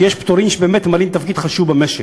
כי יש פטורים שבאמת ממלאים תפקיד חשוב במשק,